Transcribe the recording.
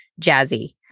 jazzy